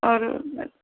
اور